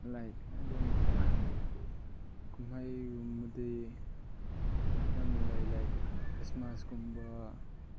like ꯀꯨꯝꯍꯩꯒꯨꯝꯕꯗꯤ ꯌꯥꯝꯅ ꯂꯩ like ꯈ꯭ꯔꯤꯁꯃꯥꯁꯀꯨꯝꯕ